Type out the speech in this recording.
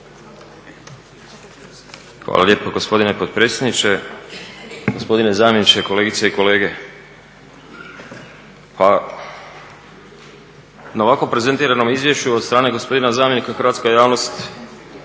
Hvala lijepa gospodine potpredsjedniče, gospodine zamjeniče, kolegice i kolege. Pa na ovako prezentiranom izvješću od strane gospodina zamjenika hrvatska javnost